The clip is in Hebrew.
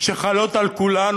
שחלות על כולנו,